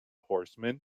horsemen